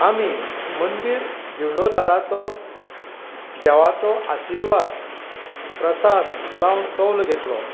आमी मंदीर जिर्णोद्वाराचो देवाचो आशिर्वाद प्रसाद लावन कौल घेतलो